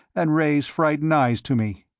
and raised frightened eyes to me.